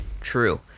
true